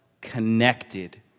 connected